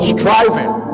Striving